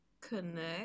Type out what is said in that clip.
connect